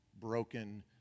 broken